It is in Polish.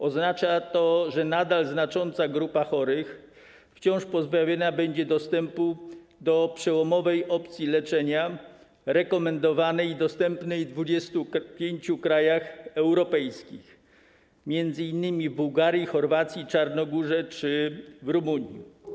Oznacza to, że nadal znacząca grupa chorych wciąż pozbawiona będzie dostępu do przełomowej opcji leczenia, rekomendowanej i dostępnej w 25 krajach europejskich, m.in. w Bułgarii, Chorwacji, Czarnogórze czy Rumunii.